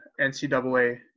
NCAA